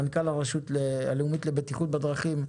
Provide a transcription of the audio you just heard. מנכ"ל הרשות הלאומית לבטיחות בדרכים,